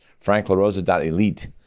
franklarosa.elite